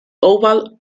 oval